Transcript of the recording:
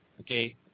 Okay